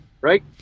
right